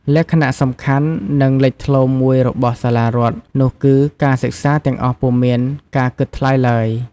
លក្ខណៈសំខាន់ និងលេចធ្លោមួយរបស់សាលារដ្ឋនោះគឺ ការសិក្សាទាំងអស់ពុំមានការគិតថ្លៃឡើយ។